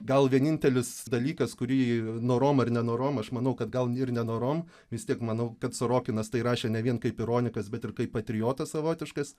gal vienintelis dalykas kurį norom ar nenorom aš manau kad gal ir nenorom vis tiek manau kad sorokinas tai rašė ne vien kaip ironikas bet ir kaip patriotas savotiškas